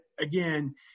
again